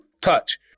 Touch